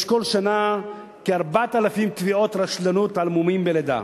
יש כל שנה כ-4,000 תביעות רשלנות על מומים בלידה.